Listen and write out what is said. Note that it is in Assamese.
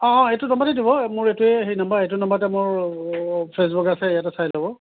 অঁ অঁ এইটো নম্বৰতে দিব মোৰ এইটোৱে সেই নাম্বাৰ এইটো নাম্বাৰতে মোৰ ফেচবুক আছে ইয়াতে চাই ল'ব